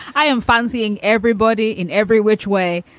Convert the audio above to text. i am fancying everybody in every which way.